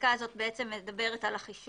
הפסקה הזאת מדברת על החלק